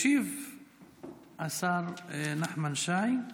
ישיב השר נחמן שי,